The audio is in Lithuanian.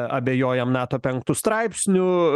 abejojam nato penktu straipsniu